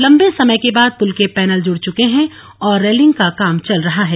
लंबे समय के बाद पुल के पैनल जुड़ चुके हैं और रेलिंग का काम चल रहा है